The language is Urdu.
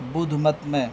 بدھ مت میں